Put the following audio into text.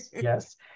yes